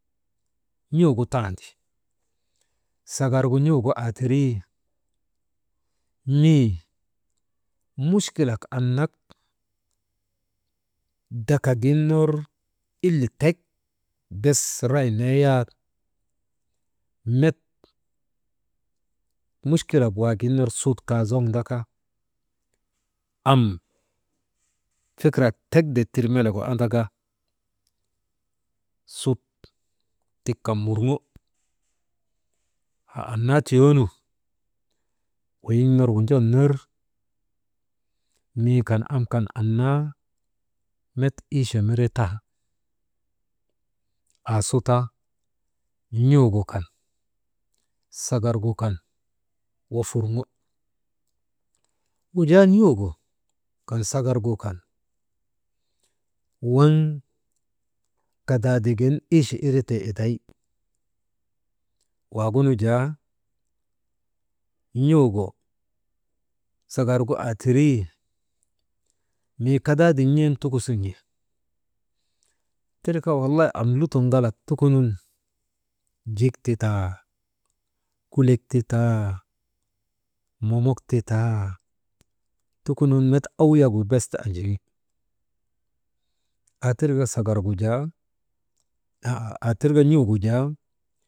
N̰uugu tandi, sagargu n̰uugu aa tirii, mii nichkilak annak dakak gin ner ile tek bes ray nee yak met muchkilek waagin ner sut kaazoŋdaka am fikirak tek dittir melegu andaka, sut tik kan murŋo, haa annaa tiyoonu weyiŋ ner wojin ner mi kan am kan met iiche miretan, aasuta n̰ugu kan sagar gu kan wofurŋo, wujaa n̰ugu kan sagargu kan waŋ kadaadigin ichi iretee iday waagunu jaa n̰uugu sagargu aa tirii, mii kadaaden n̰em tukusi n̰i tirka walay am lutok ŋalak tukunun jik ti taa kulek ti taa momok ti taa, tukunun met awuyagu bes anjiŋi aa tirka sagargu jaa, aa tirka n̰uugu jaa.